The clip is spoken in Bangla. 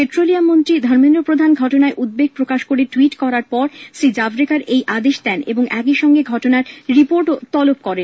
পেট্রোলিয়াম মন্ত্রী ঘটনায় উদ্বেগ প্রকাশ করে ট্যুইট করার পর শ্রী জাভরেকর এই আদেশ দেন এবং একই সঙ্গে ঘটনার রিপোর্টও তলব করেন